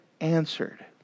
answered